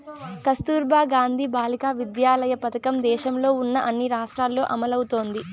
కస్తుర్బా గాంధీ బాలికా విద్యాలయ పథకం దేశంలో ఉన్న అన్ని రాష్ట్రాల్లో అమలవుతోంది